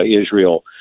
israel